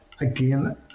again